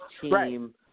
team